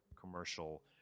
commercial